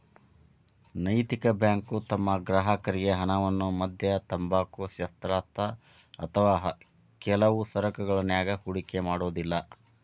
ನೈತಿಕ ಬ್ಯಾಂಕು ತಮ್ಮ ಗ್ರಾಹಕರ್ರಿಗೆ ಹಣವನ್ನ ಮದ್ಯ, ತಂಬಾಕು, ಶಸ್ತ್ರಾಸ್ತ್ರ ಅಥವಾ ಕೆಲವು ಸರಕನ್ಯಾಗ ಹೂಡಿಕೆ ಮಾಡೊದಿಲ್ಲಾ